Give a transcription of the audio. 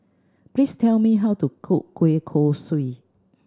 please tell me how to cook kueh kosui